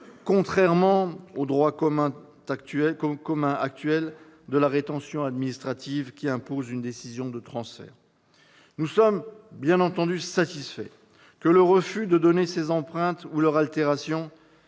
contrairement au droit commun actuel de la rétention administrative qui impose une décision de transfert. Nous sommes satisfaits que le refus de donner ses empreintes ou leur altération